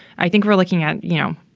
i think we're looking at, you know,